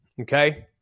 okay